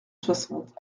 soixante